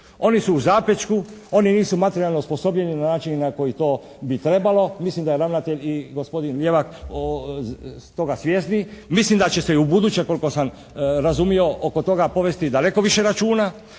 Oni su u zapečku, oni nisu materijalno osposobljeni na način na koji to bi trebalo. Mislim da je ravnatelj i gospodin Jelak su toga svjesni. Mislim da će se i ubuduće koliko sam razumio oko toga povesti i daleko više računa.